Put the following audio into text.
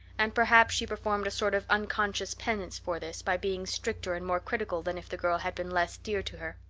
and perhaps she performed a sort of unconscious penance for this by being stricter and more critical than if the girl had been less dear to her.